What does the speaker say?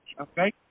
Okay